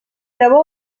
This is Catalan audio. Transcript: llavor